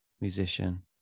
musician